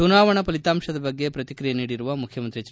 ಚುನಾವಣಾ ಫಲಿತಾಂಶದ ಬಗ್ಗೆ ಪ್ರತಿಕ್ರಿಯೆ ನೀಡಿರುವ ಮುಖ್ಯಮಂತ್ರಿ ಎಚ್